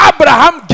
Abraham